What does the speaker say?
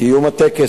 קיום הטקס,